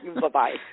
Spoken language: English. Bye-bye